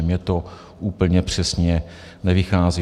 Mně to úplně přesně nevychází.